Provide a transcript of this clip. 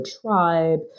tribe